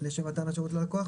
לשם מתן השירות ללקוח,